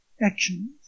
actions